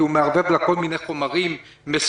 כי הוא מערבב לה כל מיני חומרים מסוכנים